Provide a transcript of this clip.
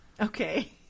Okay